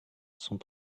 sont